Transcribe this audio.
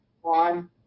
one